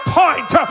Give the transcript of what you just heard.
point